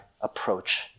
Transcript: approach